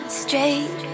straight